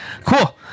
Cool